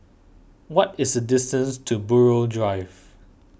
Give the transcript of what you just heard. what is the distance to Buroh Drive